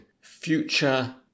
future